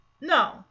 no